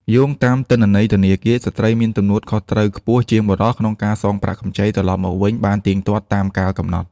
យោងតាមទិន្នន័យធនាគារ ស្ត្រីមានទំនួលខុសត្រូវខ្ពស់ជាងបុរសក្នុងការសងប្រាក់កម្ចីត្រឡប់មកវិញបានទៀងទាត់តាមកាលកំណត់។